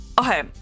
okay